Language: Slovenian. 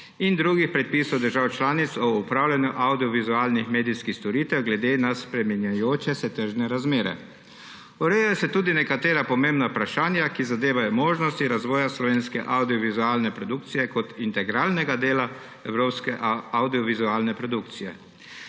in drugih predpisov držav članic o opravljanju avdiovizualnih medijskih storitev glede na spreminjajoče se tržne razmere. Urejajo se tudi nekatera pomembna vprašanja, ki zadevajo možnosti razvoja slovenske avdiovizualne produkcije kot integralnega dela evropske avdiovizualne produkcije.